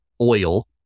oil